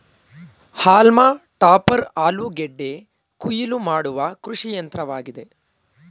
haulm topper ಆಲೂಗೆಡ್ಡೆ ಕುಯಿಲು ಮಾಡುವ ಕೃಷಿಯಂತ್ರವಾಗಿದೆ